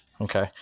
okay